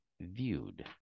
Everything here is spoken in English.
viewed